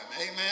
Amen